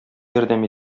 ярдәм